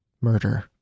murder